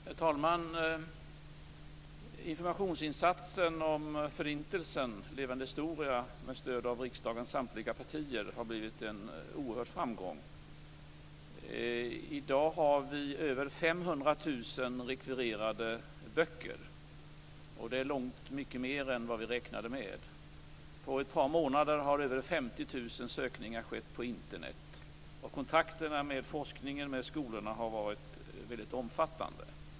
Herr talman! Informationsinsatsen om Förintelsen med stöd av riksdagens samtliga partier har blivit en oerhörd framgång. I dag har vi över 500 000 rekvirerade böcker. Det är långt mycket mer än vad vi räknade med. På ett par månader har över 50 000 sökningar skett på Internet. Kontakterna med forskningen och skolorna har varit väldigt omfattande.